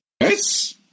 Yes